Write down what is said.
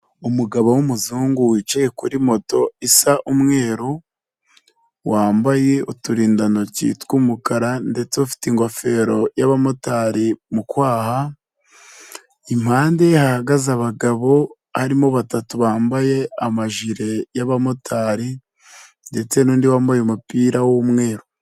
Umugabo w'umuzungu wicaye kuri moto isa umweru wambaye uturindantoki tw'umukara ndetse ufite ingofero y'abamotari mu kwaha, impande hahagaze abagabo arimo batatu bambaye amajire y'abamotari ndetse n'undi wambaye umupira w'umweru.